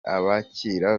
bakira